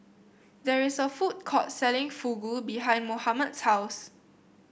there is a food court selling Fugu behind Mohammad's house